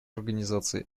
организации